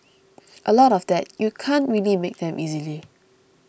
a lot of that you can't really make them easily